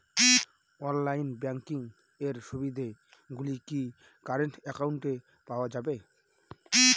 Online banking এর সুবিধে গুলি কি কারেন্ট অ্যাকাউন্টে পাওয়া যাবে?